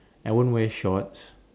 i won't wear shorts